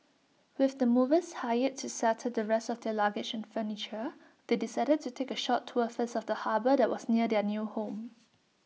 with the movers hired to settle the rest of their luggage and furniture they decided to take A short tour first of the harbour that was near their new home